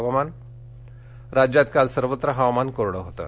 हवामान राज्यात काल सर्वत्र हवामान कोरडं होतं